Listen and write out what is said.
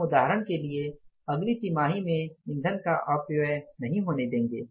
हम उदहारण के लिए अगली तिमाही में ईंधनों का अपव्यय नहीं होने देंगे